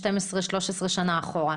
13-12 שנה אחורה?